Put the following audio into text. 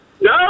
No